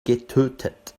getötet